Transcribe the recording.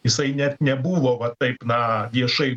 jisai net nebuvo va taip na viešai